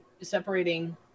separating